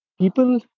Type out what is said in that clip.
people